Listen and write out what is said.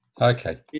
Okay